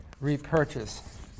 repurchase